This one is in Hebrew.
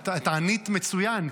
את ענית מצוין,